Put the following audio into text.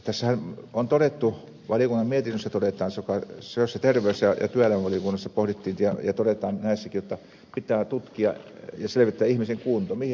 tässähän on todettu valiokunnan mietinnössä todetaan sosiaali ja terveys ja työelämävaliokunnassa pohdittiin ja todetaan näissäkin että pitää tutkia ja selvittää ihmisen kunto mihin hän pystyy